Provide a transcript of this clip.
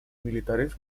militares